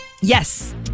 Yes